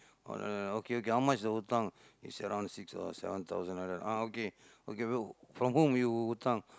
ஒன்னும் இல்ல:onnum illa okay okay how much is the hutang she say around six or seven thousand like that ah okay okay from whom you hutang